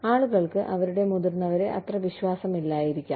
ആളുകൾക്ക് അവരുടെ മുതിർന്നവരെ അത്ര വിശ്വാസമില്ലായിരിക്കാം